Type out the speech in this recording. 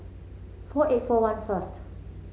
four eight four one first